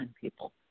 people